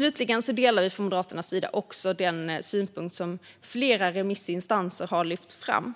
Moderaterna håller med om den synpunkt som flera remissinsatser har lyft fram